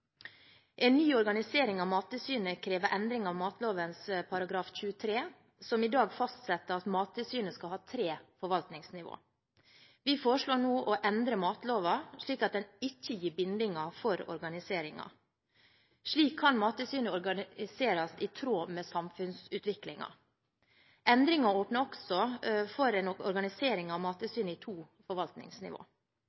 En ny organisering av Mattilsynet krever endring av matloven § 23 som i dag fastsetter at Mattilsynet skal ha tre forvaltningsnivåer. Vi foreslår nå å endre matloven slik at den ikke gir bindinger for organiseringen. Slik kan Mattilsynet organiseres i tråd med samfunnsutviklingen. Endringen åpner for en organisering av